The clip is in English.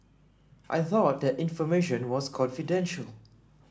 I thought that information was confidential